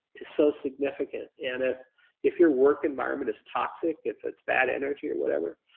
is so significant and if if your work environment is toxic, if it's bad energy or whatever,